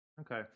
Okay